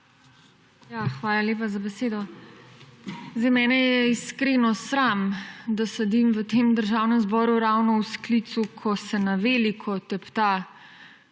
Hvala lepa za besedo. Mene je iskreno sram, da sedim v tem državnem zboru ravno v sklicu, ko se na veliko teptajo